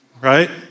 right